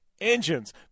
Engines